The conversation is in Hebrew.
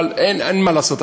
אבל אין מה לעשות,